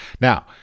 Now